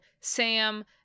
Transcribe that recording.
sam